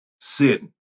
sin